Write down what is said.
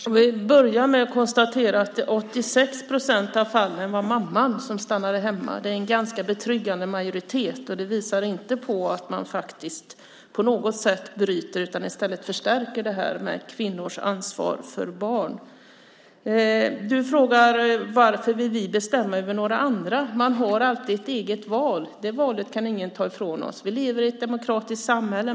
Fru talman! Jag börjar med att konstatera att det i 86 procent av fallen var mamman som stannade hemma. Det är en ganska betryggande majoritet, och det visar inte att man på något sätt bryter det här med kvinnors ansvar för barn. Man förstärker det i stället. Du frågar varför vi vill bestämma över andra. Man har alltid ett eget val. Det valet kan ingen ta ifrån oss. Vi lever i ett demokratiskt samhälle.